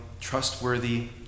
trustworthy